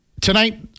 Tonight